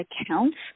accounts